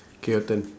K your turn